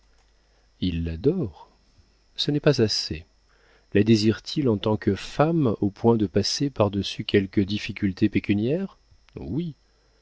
il l'adore ce n'est pas assez la désire t il en tant que femme au point de passer par-dessus quelques difficultés pécuniaires oui